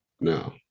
No